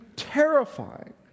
terrifying